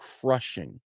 crushing